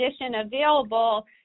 available